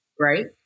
Right